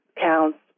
counts